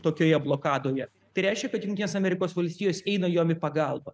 tokioje blokadoje tai reiškia kad jungtinės amerikos valstijos eina jom į pagalbą